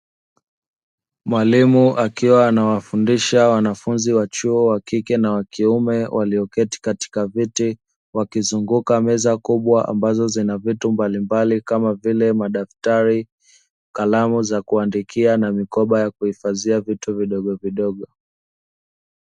Mwalimu akiwa anawafundisha wanafunzi wa chuo wa kike na wa kiume walioketi katika viti wakizunguka meza kubwa ambazo zina vitu mbalimbali kama vile madaftari kalamu za kuandikia na mikoba ya kuhifadhia vitu vidogovidogo.